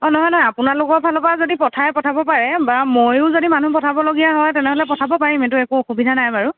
অ নহয় নহয় আপোনালোকৰ ফালৰ পৰা যদি পঠায় পঠাব পাৰে বা ময়ো যদি মানুহ পঠাবলগীয়া হয় তেনেহ'লে পঠাব পাৰিম সেইটো একো অসুবিধা নাই বাৰু